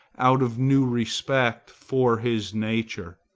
out of new respect for his nature.